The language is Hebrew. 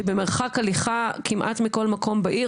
שבמרחק הליכה כמעט מכל מקום בעיר,